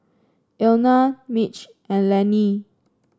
Elna Mitch and Lenny